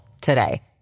today